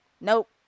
nope